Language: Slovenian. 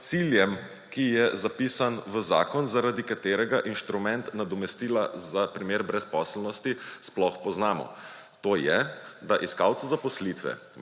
ciljem, ki je zapisan v zakon, zaradi katerega inštrument nadomestila za primer brezposelnosti sploh poznamo; to je, da iskalca zaposlitve,